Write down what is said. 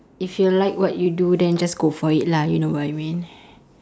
if you like what you do then just go for it lah you know what I mean